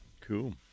cool